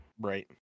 right